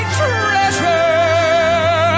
treasure